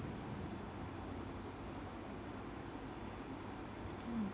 mm